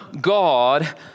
God